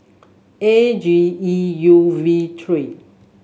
A G E U V three